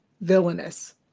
villainous